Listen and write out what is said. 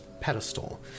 pedestal